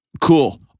cool